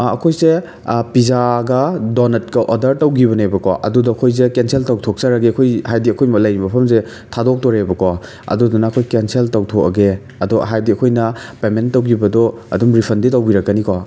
ꯑꯩꯈꯣꯏꯁꯦ ꯄꯤꯖꯥꯒ ꯗꯣꯅꯠꯀ ꯑꯣꯗꯔ ꯇꯧꯒꯤꯕꯅꯦꯕꯀꯣ ꯑꯗꯨꯗ ꯑꯩꯈꯣꯏꯖꯦ ꯀꯦꯟꯁꯦꯜ ꯇꯧꯊꯣꯛꯆꯔꯒꯦ ꯑꯈꯣꯏ ꯍꯥꯏꯗꯤ ꯑꯩꯈꯣꯏ ꯂꯩꯔꯤꯕ ꯃꯐꯝꯖꯦ ꯊꯥꯗꯣꯛꯇꯣꯔꯦꯕꯀꯣ ꯑꯗꯨꯗꯨꯅ ꯑꯩꯈꯣꯏ ꯀꯦꯟꯁꯦꯜ ꯇꯧꯊꯣꯛꯑꯒꯦ ꯑꯗꯣ ꯍꯥꯏꯕꯗꯤ ꯑꯩꯈꯣꯏꯅ ꯄꯦꯃꯦꯟ ꯇꯧꯒꯤꯕꯗꯣ ꯑꯗꯨꯝ ꯔꯤꯐꯟꯗꯤ ꯇꯧꯕꯤꯔꯛꯀꯅꯤꯀꯣ